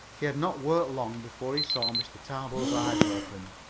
he had not worked long before he saw mr. tarbill's eyes open.